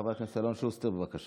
חבר הכנסת אלון שוסטר, בבקשה.